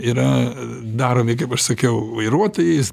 yra daromi kaip aš sakiau vairuotojais